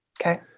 okay